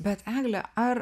bet egle ar